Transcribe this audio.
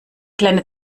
kleine